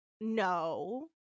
no